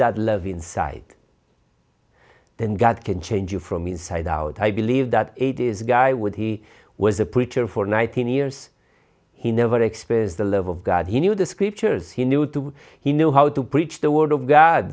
that love inside then god can change you from inside out i believe that it is guy when he was a preacher for nineteen years he never experienced the love of god he knew the scriptures he knew too he knew how to preach the word of god